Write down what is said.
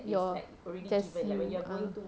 your just hmm ah